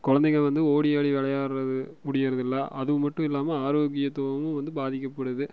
கொழந்தைங்க வந்து ஓடியாடி விளையாட்றது முடிகிறது இல்லை அதுவும் மட்டும் இல்லாமல் ஆரோக்கியத்துவமும் வந்து பாதிக்கப்படுது